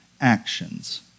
actions